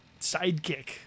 sidekick